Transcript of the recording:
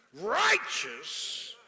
righteous